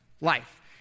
life